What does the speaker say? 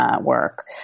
work